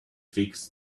fix